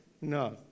No